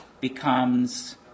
becomes